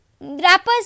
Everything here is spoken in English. rappers